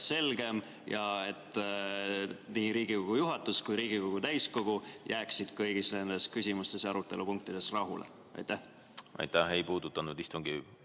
selgem ja et nii Riigikogu juhatus kui ka Riigikogu täiskogu jääksid kõigis nendes küsimustes ja arutelupunktides rahule? Aitäh! See ei puudutanud istungi